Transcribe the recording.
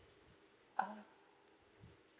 oh